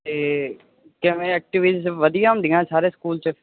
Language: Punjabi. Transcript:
ਤੇ ਕਿਵੇਂ ਐਕਟੀਵ ਵਧੀਆ ਹੁੰਦੀਆਂ ਸਾਰੇ ਸਕੂਲ 'ਚ